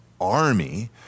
army